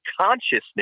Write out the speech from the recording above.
consciousness